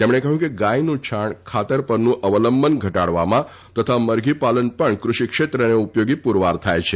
તેમણે કહ્યું કે ગાયનું છાણ ખાતર પરનું અવલંબન ઘટાડવામાં તથા મરઘીપાલન પણ ક઼ષિ ક્ષેત્રને ઉપયોગી પુરવાર થાય છે